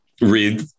read